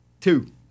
Two